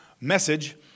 message